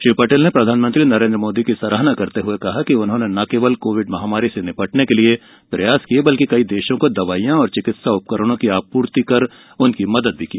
श्री पटेल ने प्रधानमंत्री नरेन्द्र मोदी की सराहना करते हुए कहा कि उन्होंने न केवल कोविड महामारी से निपटने के लिए प्रयास किये बल्कि कई देशों को दवाईयां और चिकित्सा उपकरणों की आपूर्ति कर मदद भी की